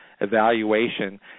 evaluation